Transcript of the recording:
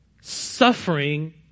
Suffering